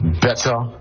better